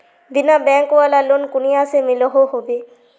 बिना बैंक वाला लोन कुनियाँ से मिलोहो होबे?